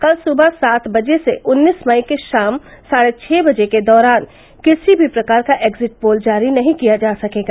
कल सुबह सात बजे से उन्नीस मई के शाम साढे छ बजे के दौरान किसी भी प्रकार का एम्जिट पोल जारी नहीं किया जा सकेगा